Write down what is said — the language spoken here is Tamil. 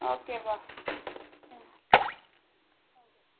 ஓகேப்பா ம் ஓகே